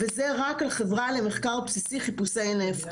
וזה רק החברה למחקר בסיסי לחיפושי נפט.